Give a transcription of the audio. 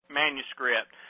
manuscript